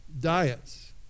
Diets